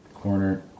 Corner